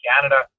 Canada